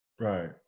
Right